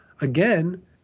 Again